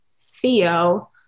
Theo